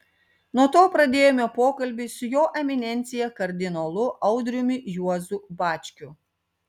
nuo to pradėjome pokalbį su jo eminencija kardinolu audriumi juozu bačkiu